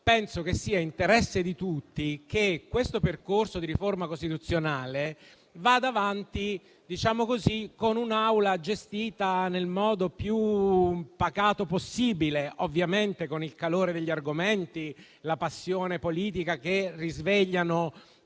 penso che sia interesse di tutti che questo percorso di riforma costituzionale vada avanti con un'Assemblea gestita nel modo più pacato possibile, seppur ovviamente con il calore degli argomenti e con la passione politica che risvegliano